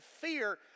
fear